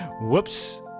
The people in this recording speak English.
Whoops